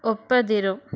ಒಪ್ಪದಿರು